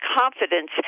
confidence